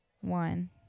One